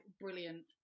Brilliant